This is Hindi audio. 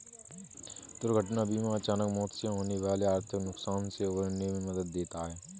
दुर्घटना बीमा अचानक मौत से होने वाले आर्थिक नुकसान से उबरने में मदद देता है